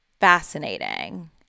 Fascinating